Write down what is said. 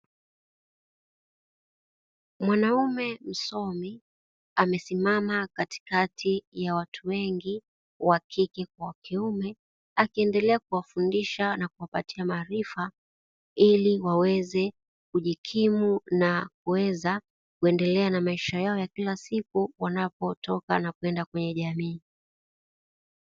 Mwanaume msomi amesimama katikati ya watu wengi wa kike kwa kiume akiendelea kuwafundisha na kuwapatia maarifa, ili waweze kujikimu na kuweza kuendelea na maisha yao ya kila siku wanapotoka na kwenda kwenye jamii.